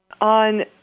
on